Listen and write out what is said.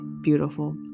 beautiful